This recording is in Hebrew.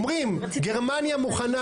גרמניה מוכנה,